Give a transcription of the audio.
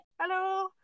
Hello